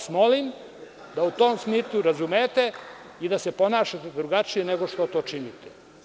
Molim vas da u tom smislu razumete i da se ponašate drugačije, nego što to činite.